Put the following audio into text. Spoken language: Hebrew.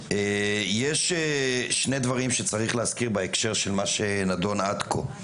יש שני דברים שצריך להזכיר בהקשר של מה שנדון עד כה,